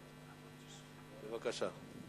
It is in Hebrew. בבקשה.